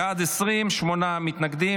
בעד, 20, שמונה מתנגדים.